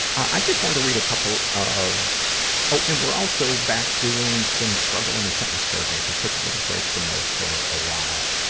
i just want to read a couple of oh, and we're also back doing some struggle in a sentence surveys. i took a little break from those for a while,